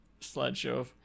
slideshow